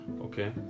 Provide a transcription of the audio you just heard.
Okay